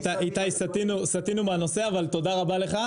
תודה רבה.